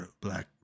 Black